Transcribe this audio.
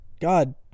God